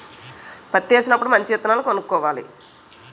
పత్తేసినప్పుడు మంచి విత్తనాలు కొనుక్కోవాలి